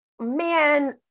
man